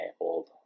old